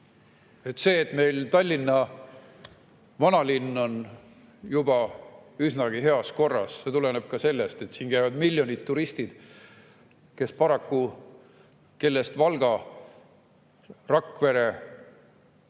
See, et meil Tallinna vanalinn on üsnagi heas korras, tuleneb sellest, et siin käivad miljonid turistid, kellest Valga, Rakvere